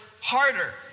harder